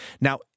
Now